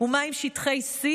ומה עם שטחי C?